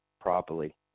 properly